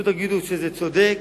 שזה צודק.